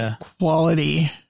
quality